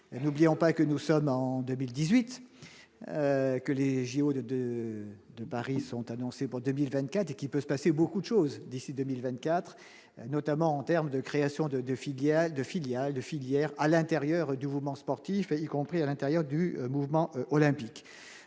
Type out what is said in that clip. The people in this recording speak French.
n'oublions pas que nous sommes en 2018 que les JO de 2 de Paris sont annoncées pour 2024 qui peut se passer beaucoup de choses d'ici 2024, notamment en terme de création de 2 filiales de filiales de filières à l'intérieur du mouvement sportif et y compris à l'intérieur du mouvement olympique,